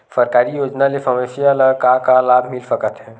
सरकारी योजना ले समस्या ल का का लाभ मिल सकते?